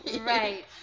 Right